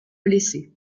blessé